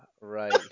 right